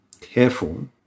careful